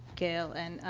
gail and, ah,